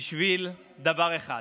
בשביל דבר אחד: